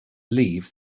leave